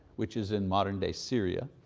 which is in modern-day syria,